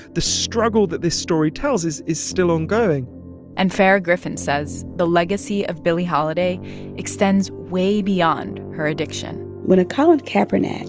the struggle that this story tells is is still ongoing and farah griffin says the legacy of billie holiday extends way beyond her addiction when colin kaepernick